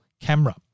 camera